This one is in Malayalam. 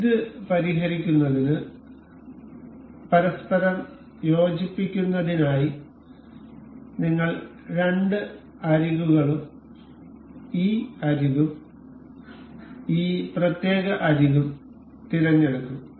ഇത് പരിഹരിക്കുന്നതിന് പരസ്പരം യോജിപ്പിക്കുന്നതിനായി നിങ്ങൾ രണ്ട് അരികുകളും ഈ അരികും ഈ പ്രത്യേക അരികും തിരഞ്ഞെടുക്കും